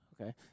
Okay